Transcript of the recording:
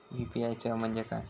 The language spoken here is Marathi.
यू.पी.आय सेवा म्हणजे काय?